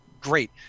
great